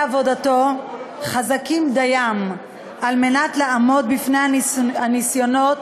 עבודתו חזקים דיים על מנת לעמוד בפני הניסיונות